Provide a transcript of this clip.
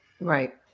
right